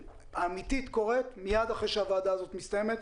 העבודה האמיתית קורית מייד אחרי שהוועדה פה מסתיימת,